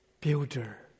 builder